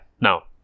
now